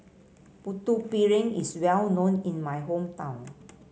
Putu Piring is well known in my hometown